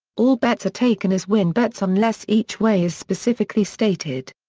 all bets are taken as win bets unless each-way is specifically stated.